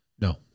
No